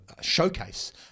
showcase